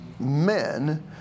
men